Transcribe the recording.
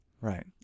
Right